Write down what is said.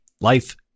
life